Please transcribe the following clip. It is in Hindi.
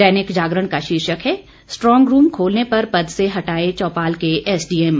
दैनिक जागरण का शीर्षक है स्ट्रांग रूम खोलने पर पद से हटाए चौपाल के एसडीएम